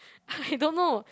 I don't know